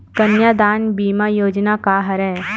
कन्यादान बीमा योजना का हरय?